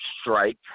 strike